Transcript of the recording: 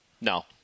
No